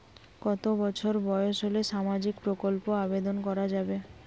কত বছর বয়স হলে সামাজিক প্রকল্পর আবেদন করযাবে?